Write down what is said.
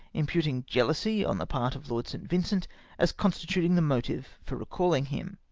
imputing jealousy on the part of lord st. vincent as constituting the motive for recauing him.